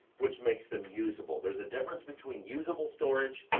which makes them usable. there's a difference between usable storage,